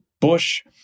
Bush